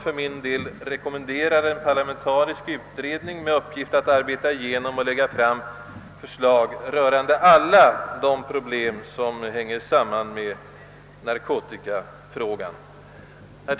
För min del rekom menderar jag åter en parlamentarisk utredning med uppgift att arbeta igenom hela detta problemkomplex och lägga fram förslag rörande alla de spörsmål som hänger samman med detta. Herr talman!